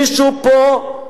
מישהו פה,